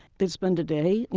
they'd spend a day,